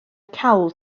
cawl